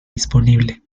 disponible